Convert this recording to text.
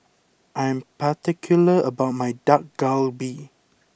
I'm particular about my Dak Galbi